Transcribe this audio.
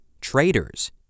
traders